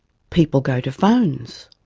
people go to phones.